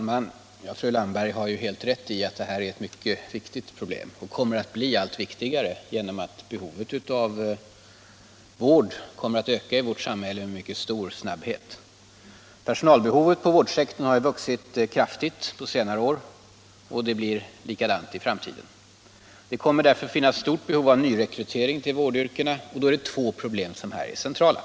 Herr talman! Fru Landberg har helt rätt i att det här är ett mycket viktigt problem. Det kommer att bli allt viktigare genom att behovet av vård ökar i vårt samhälle mycket snabbt. Personalbehovet på vårdsektorn har vuxit kraftigt på senare år. Det blir likadant i framtiden. Det kommer därför att finnas ett stort behov av nyrekrytering till vård yrkena. Då är det två problem som är centrala.